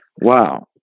Wow